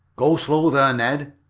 go slow there, ned,